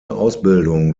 ausbildung